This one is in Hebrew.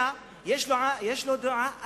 אלא יש לו דעה אחרת,